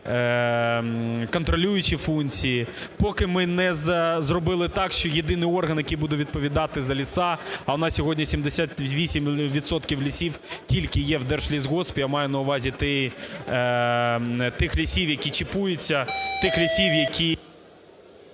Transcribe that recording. контролюючі функції, поки ми не зробили так, що єдиний орган, який буде відповідати за ліси, а в нас сьогодні 78 відсотків лісів тільки є в держлісгоспі? Я маю на увазі тих лісів, які чіпуються, тих лісів, які…